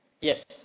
Yes